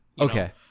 Okay